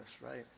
right